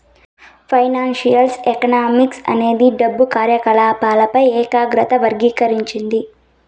financial economics అనేది డబ్బు కార్యకాలపాలపై ఏకాగ్రత వర్గీకరించింది